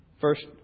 first